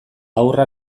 haurra